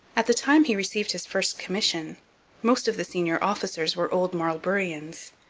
at the time he received his first commission most of the senior officers were old marlburians.